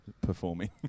performing